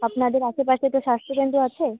আপনাদের আশেপাশে তো স্বাস্থ্যকেন্দ্র আছে